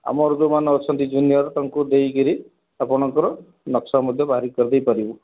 ଆମର ଯେଉଁମାନେ ଅଛନ୍ତି ଜୁନିଅର୍ ତାଙ୍କୁ ଦେଇକରି ଆପଣଙ୍କର ନକ୍ସା ମଧ୍ୟ ବାହାରି କରି ଦେଇ ପାରିବୁ